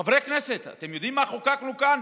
חברי הכנסת, אתם יודעים מה חוקקנו כאן?